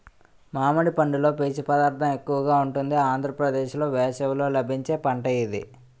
మామిడి పండులో పీచు పదార్థం ఎక్కువగా ఉంటుంది ఆంధ్రప్రదేశ్లో వేసవిలో లభించే పంట ఇది